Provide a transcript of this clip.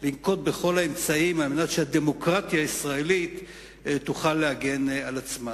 לנקוט את כל האמצעים כדי שהדמוקרטיה הישראלית תוכל להגן על עצמה.